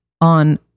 on